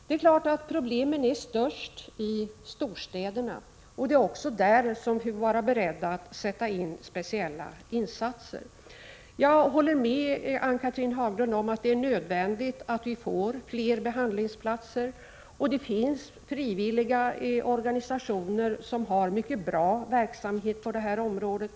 Det är klart att problemen är störst i storstäderna. Det är också där som vi får vara beredda att sätta in speciella insatser. Prot. 1986/87:82 Jag håller med Ann-Cathrine Haglund om att det är nödvändigt att vi får 9 mars 1987 fler behandlingsplatser. Det finns frivilliga organisationer som har en mycket Om åtgärder för att bra verksamhet på det här området.